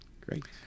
Great